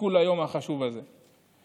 חיכו ליום החשוב הזה.